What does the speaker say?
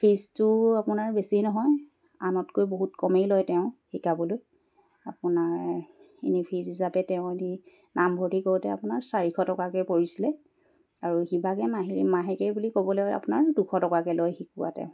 ফিজটো আপোনাৰ বেছি নহয় আনতকৈ বহুত কমেই লয় তেওঁ শিকাবলৈ আপোনাৰ এনেই ফিজ হিচাপে তেওঁ এনেই নামভৰ্তি কৰোঁতে আপোনাৰ চাৰিশ টকাকৈ পৰিছিলে আৰু সিভাগে মাহে মাহেকীয়া বুলি ক'বলৈ আপোনাৰ দুশ টকাকৈ লয় শিকোৱা তেওঁ